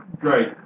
Great